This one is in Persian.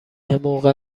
موقع